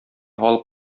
алып